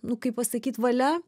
nu kaip pasakyt valia